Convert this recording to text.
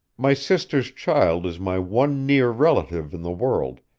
my sister's child is my one near relative in the world,